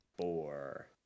four